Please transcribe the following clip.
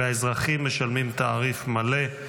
והאזרחים משלמים תעריף מלא.